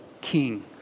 king